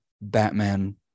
Batman